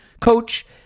coach